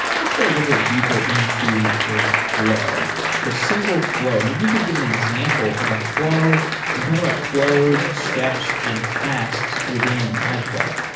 let's go a little bit deeper into a flow. so single flow. maybe you could give an example of a flow and talk about flows, steps and tasks within metaflow.